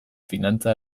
finantza